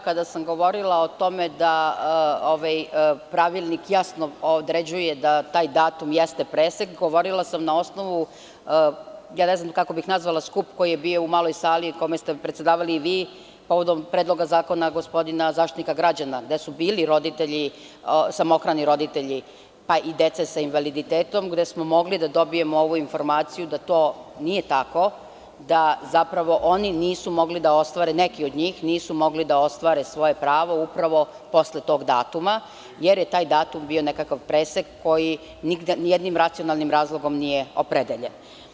Kada sam govorila o tome da pravilnik jasno određuje da taj datum jeste presek, govorila sam na osnovu … ne znam kako bih nazvala skup koji je bio u maloj sali i kome ste predsedavali i vi povodom predloga zakona gospodina Zaštitnika građana, gde su bili samohrani roditelji, pa i dece sa invaliditetom, gde smo mogli da dobijemo ovu informaciju da to nije tako, da zapravo neki od njih nisu mogli da ostvare svoje pravo posle tog datuma, jer je taj datum bio nekakav presek koji ni jednim racionalnim razlogom nije opredeljen.